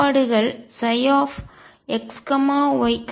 அலை செயல்பாடுகள் xyz1Veik